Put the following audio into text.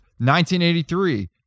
1983